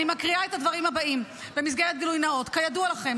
אני מקריאה את הדברים הבאים במסגרת גילוי נאות: כידוע לכם,